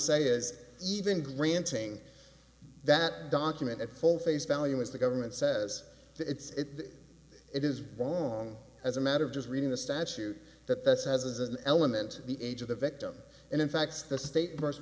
say is even granting that document at full face value is the government says that it's it is wrong as a matter of just reading the statute that this has an element of the age of the victim and in fact the state versus